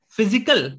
Physical